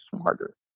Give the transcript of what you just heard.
smarter